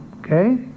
okay